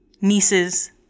nieces